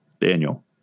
Daniel